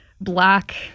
Black